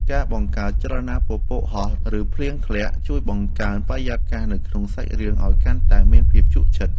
ការបង្កើតចលនាពពកហោះឬភ្លៀងធ្លាក់ជួយបង្កើនបរិយាកាសនៅក្នុងសាច់រឿងឱ្យកាន់តែមានភាពជក់ចិត្ត។